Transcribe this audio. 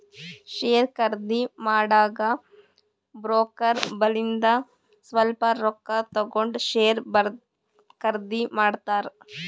share ಖರ್ದಿ ಮಾಡಾಗ broker ಬಲ್ಲಿಂದು ಸ್ವಲ್ಪ ರೊಕ್ಕಾ ತಗೊಂಡ್ ಶೇರ್ ಖರ್ದಿ ಮಾಡ್ತಾರ್